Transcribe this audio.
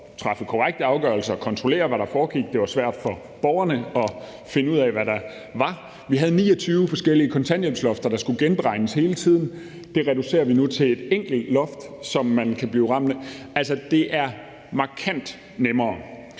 at træffe korrekte afgørelser og kontrollere, hvad der foregik, og det var svært for borgerne at finde ud af, hvad der var. Vi havde 29 forskellige kontanthjælpslofter, der skulle genberegnes hele tiden. Det reducerer vi nu til et enkelt loft, som man kan blive ramt af. Det er altså markant nemmere.